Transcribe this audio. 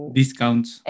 discounts